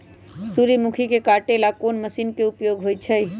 सूर्यमुखी के काटे ला कोंन मशीन के उपयोग होई छइ?